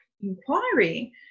inquiry